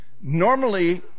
normally